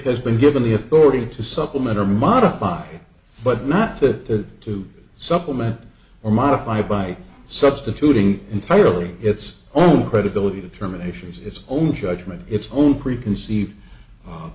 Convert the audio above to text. has been given the authority to supplement or modify but not to to supplement or modify by substituting entirely its own credibility determinations its own judgment its own preconceived